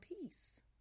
peace